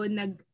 nag